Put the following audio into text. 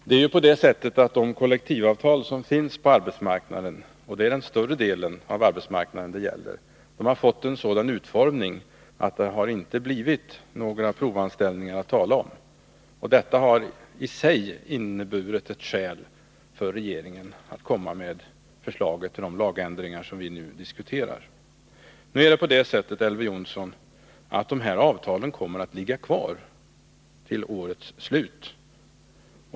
Fru talman! De kollektivavtal som finns på arbetsmarknaden — det gäller den större delen av arbetsmarknaden — har fått en sådan utformning att det inte blivit några provanställningar att tala om. Detta har i sig varit ett skäl för regeringen att framlägga förslag till de lagändringar vi nu diskuterar. De här avtalen kommer, Elver Jonsson, att ligga kvar till årets slut.